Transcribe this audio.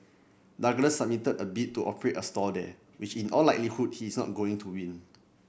Douglas submitted a bid to operate a stall there which in all likelihood he is not going to win